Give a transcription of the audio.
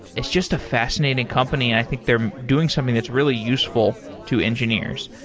it's just a fascinating company and i think they're doing something that's really useful to engineers.